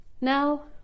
Now